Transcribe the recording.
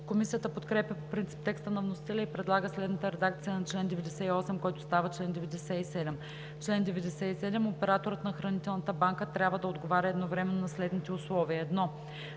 Комисията подкрепя по принцип текста на вносителя и предлага следна редакция на чл. 98, който става чл. 97: „Чл. 97. Операторът на хранителна банка трябва да отговаря едновременно на следните условия: 1.